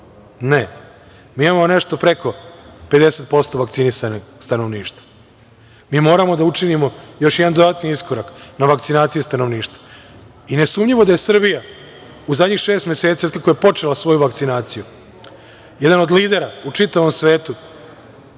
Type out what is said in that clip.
Mi imamo nešto preko 50% vakcinisanog stanovništva. Mi moramo da učinimo još jedan dodatni iskorak na vakcinaciji stanovništva. Nesumnjivo da je Srbija u zadnjih šest meseci, od kako je počela svoju vakcinaciju, jedan od lidera u čitavom svetu